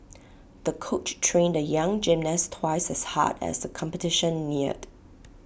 the coach trained the young gymnast twice as hard as the competition neared